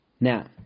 Now